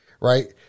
Right